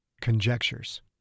Conjectures